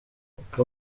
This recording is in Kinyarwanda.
uko